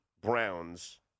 Browns